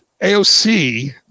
aoc